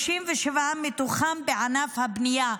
37 מתוכם בענף הבנייה.